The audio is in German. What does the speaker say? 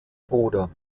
bruder